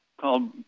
called